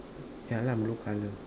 ya lah blue colour